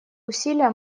усилия